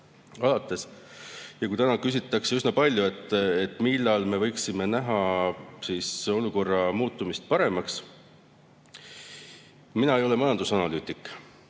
alates. Täna küsitakse üsna palju, millal me võiksime näha olukorra muutumist paremaks. Mina ei ole majandusanalüütik,